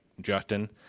Justin